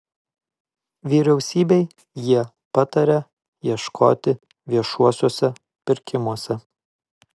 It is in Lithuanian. vyriausybei jie pataria ieškoti viešuosiuose pirkimuose